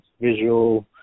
visual